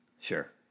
Sure